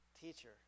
teacher